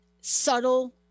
subtle